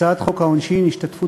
הצעת חוק העונשין (תיקון מס' 121) (השתתפות